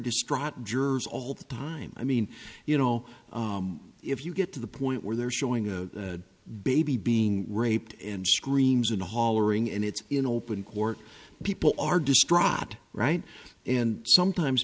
distraught jurors all the time i mean you know if you get to the point where they're showing a baby being raped and screams and hollering and it's in open court people are described right and sometimes